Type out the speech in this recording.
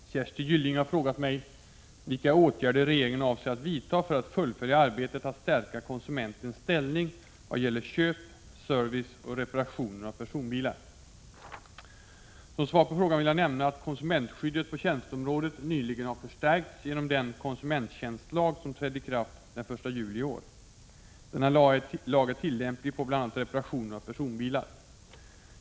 Herr talman! Kersti Gylling har frågat mig vilka åtgärder regeringen avser att vidta för att fullfölja arbetet att stärka konsumentens ställning i vad gäller köp, service och reparationer av personbilar. Som svar på frågan vill jag nämna att konsumentskyddet på tjänsteområdet nyligen har förstärkts genom den konsumenttjänstlag som trädde i kraft den 1 juli i år. Denna lag är tillämplig på bl.a. reparationer av personbilar.